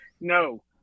No